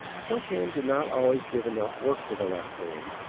chopin did not always give enough work to the left hand,